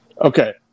Okay